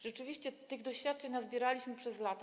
Rzeczywiście tych doświadczeń nazbieraliśmy przez lata.